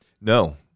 No